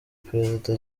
perezida